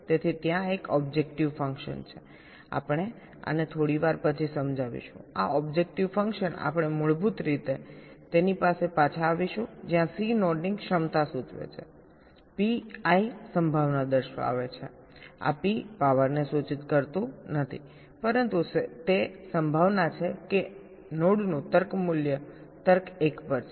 તેથી ત્યાં એક ઓબ્જેક્ટિવ ફંકશન છે આપણે આને થોડી વાર પછી સમજાવીશું આ ઓબ્જેક્ટિવ ફંકશન આપણે મૂળભૂત રીતે તેની પાસે પાછા આવીશું જ્યાં C નોડની ક્ષમતા સૂચવે છે Pi સંભાવના દર્શાવે છે આ P પાવરને સૂચિત કરતું નથી પરંતુ તે સંભાવના છે કે નોડનું તર્ક મૂલ્ય તર્ક 1 પર છે